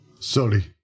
Sorry